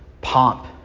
pomp